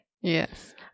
Yes